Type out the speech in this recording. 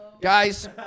guys